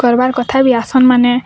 କର୍ବାର୍ କଥା ବି ଆସନ୍ମାନେ